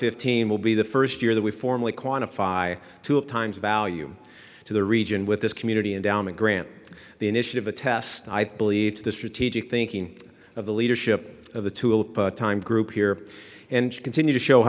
fifteen will be the first year that we formally quantify to uptimes value to the region with this community and down the grant the initiative a test i believe to the strategic thinking of the leadership of the time group here and continue to show